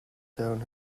town